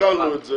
שקלנו את זה